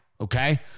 okay